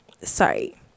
Sorry